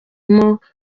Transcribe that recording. n’abakora